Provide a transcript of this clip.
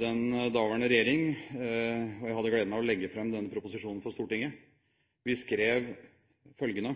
Den daværende regjering – og jeg hadde gleden av å legge fram den proposisjonen for Stortinget – skrev følgende: